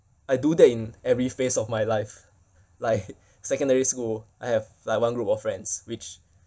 I do that in every phase of my life like secondary school I have like one group of friends which